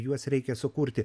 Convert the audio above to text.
juos reikia sukurti